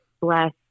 bless